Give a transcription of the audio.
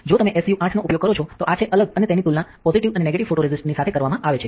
જો તમે એસયુ 8 નો ઉપયોગ કરો છો તો આ છે અલગ અને તેની તુલના પોઝિટિવ અને નેગેટીવ ફોટોરેસિસ્ટ ની સાથે કરવામાં આવે છે